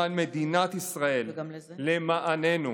למען מדינת ישראל, למעננו.